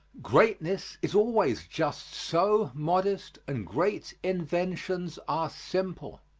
greatness is always just so modest and great inventions are simple.